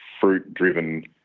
fruit-driven